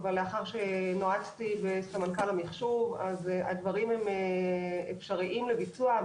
אבל לאחר שנועצתי בסמנכ"ל המחשוב אז הדברים הם אפשריים לביצוע,